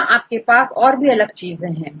यहां आपके पास और भी अलग चीजें हैं